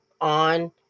on